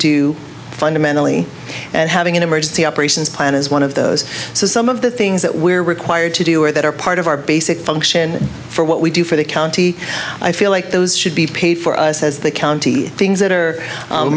do fundamentally and having an emergency operations plan is one of those so some of the things that we're required to do or that are part of our basic function for what we do for the county i feel like those should be paid for us as the county things that are